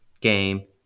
game